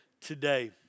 today